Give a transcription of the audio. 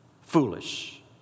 foolish